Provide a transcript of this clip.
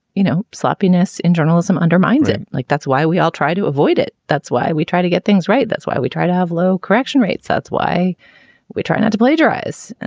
you know, sloppiness in journalism undermines it. like, that's why we all try to avoid it. that's why we try to get things right. that's why we try to have low correction rates. that's why we try not to plagiarize.